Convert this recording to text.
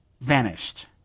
Vanished